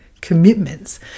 commitments